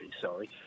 sorry